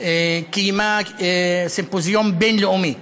קיימה סימפוזיון בין-לאומי,